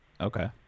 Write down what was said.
okay